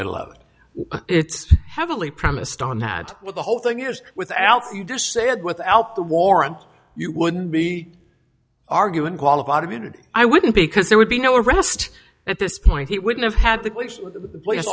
middle of it's heavily premised on that with the whole thing is with alki you just said without the warrant you wouldn't be arguing qualified immunity i wouldn't because there would be no arrest at this point he wouldn't have had the police the police